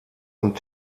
und